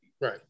right